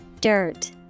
Dirt